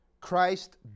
Christ